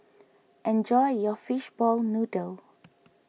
enjoy your Fishball Noodle